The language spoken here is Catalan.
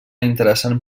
interessant